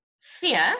Fear